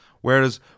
Whereas